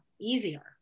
easier